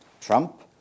Trump